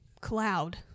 cloud